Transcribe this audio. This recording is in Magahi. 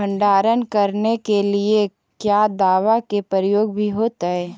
भंडारन करने के लिय क्या दाबा के प्रयोग भी होयतय?